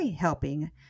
helping